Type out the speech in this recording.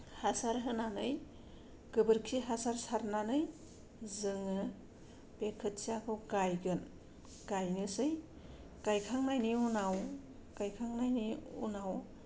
हासार होनानै गोबोरखि हासार सारनानै जोङो बे खोथियाखौ गायगोन गायनोसै गायखांनायनि उनाव गायखांनायनि उनाव